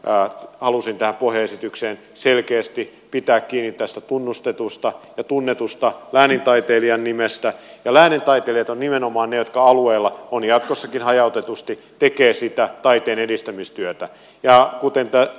halusin tässä pohjaesityksessä selkeästi pitää kiinni tästä tunnustetusta ja tunnetusta läänintaiteilijan nimestä ja läänintaiteilijat ovat nimenomaan ne jotka alueilla ovat jatkossakin hajautetusti tekevät sitä taiteen edistämistyötä